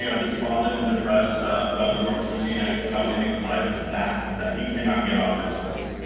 you know despondent and depressed about the marble machine x dominating his life, it's that it's that he cannot get off this horse.